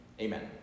Amen